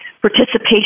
participation